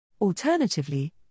Alternatively